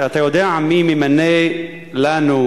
אתה יודע מי ממנה לנו,